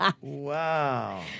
Wow